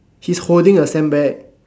he's holding a sandbag